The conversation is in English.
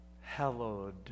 hallowed